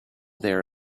there